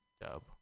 dub